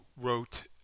wrote